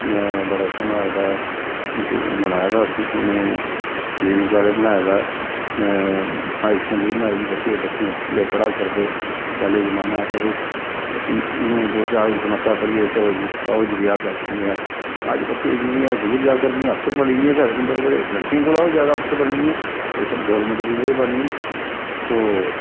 बड़ा सोह्ना जेह्ड़ा ऐ इक बनाए दा असें उ'नें डिग्री कालज बनाए दा ऐ हायर सकैंडरी बनाई दी बच्चे बच्चियां खु'ल्ले पढ़ा करदे पैह्ले जमान्ना एह् हा भाई बच्ची दो चार जमातां पढ़ी ते चलो जी कराओ जी ब्याह् केह् आखदे निं ऐ अज्ज बच्चियां जेह्ड़ियां दूर जा करदियां अफसर बनी दियां केह् आखदे निं बड़े बड़े लड़कें कोला ओह् जैदा अफसर बनी दियां एह् सब गौरमैंट दी मेह्रबानी ऐ तो